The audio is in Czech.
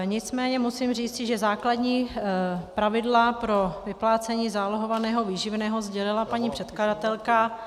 Nicméně musím říci, že základní pravidla pro vyplácení zálohovaného výživného sdělila paní předkladatelka.